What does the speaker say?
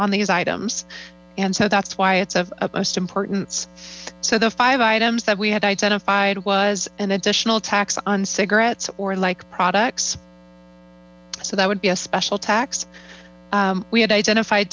on these items and so that's why it's of utmost importance so the five items that we had identified was an additional tax on cigarets or like products so that would be a special tax we had identified